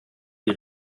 die